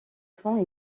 fond